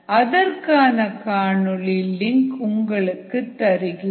அதற்கான காணொளி லிங்க் உங்களுக்கு தருகிறேன்